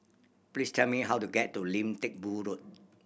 please tell me how to get to Lim Teck Boo Road